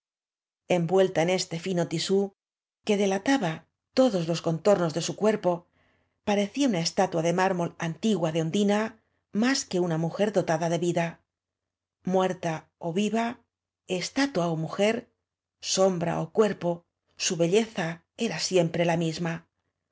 envuelta en este fino tisú que delataba todos los contornos de su cuerpo pare cía una estatua de mármol antígiia de ondina más que mujer dotada de vida muerta ó viva estatua ó mujer sombra ó cuerpo su belleza era siempre la misma